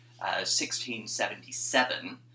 1677